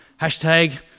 Hashtag